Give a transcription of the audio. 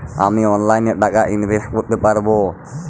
আমি অনলাইনে টাকা ইনভেস্ট করতে পারবো?